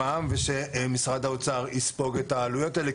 מע"מ ושמשרד האוצר יספוג את העלויות האלה,